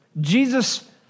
Jesus